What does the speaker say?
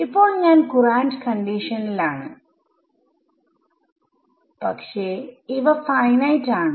ഇപ്പോൾ ഞാൻ കുറാന്റ് കണ്ടിഷനിലാണ് പക്ഷെ ഇവ ഫൈനൈറ്റ് ആണ്